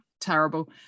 terrible